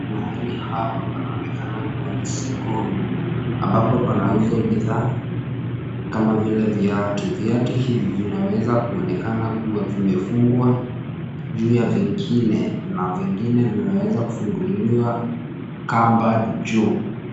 Mahali hapa panaonekana kuwa ni sokoni ambapo panauzwa bidhaa kama vile viatu. Viatu hivi vinaweza kuonekana kuwa vimefungwa juu ya vingine na vingine vimeweza kufunguliwa kamba juu.